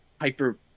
hyper